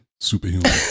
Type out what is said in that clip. superhuman